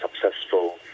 successful